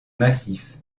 massif